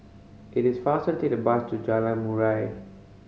it is faster to take the bus to Jalan Murai